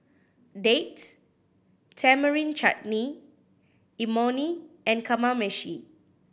Date Tamarind Chutney Imoni and Kamameshi